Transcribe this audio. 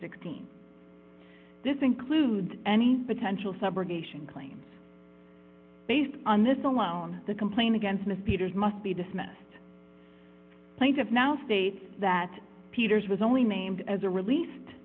sixteen this includes any potential subrogation claims based on this alone the complaint against miss peters must be dismissed plaintiff now states that peters was only maimed as a released